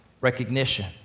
recognition